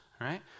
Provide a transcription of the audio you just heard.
Right